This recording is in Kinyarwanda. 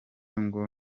ngo